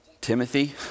Timothy